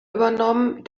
übernommen